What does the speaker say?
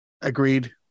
agreed